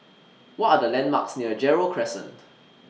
What Are The landmarks near Gerald Crescent